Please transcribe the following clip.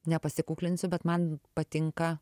nepasikuklinsiu bet man patinka